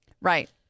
Right